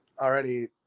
already